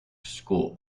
school